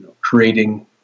creating